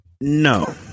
No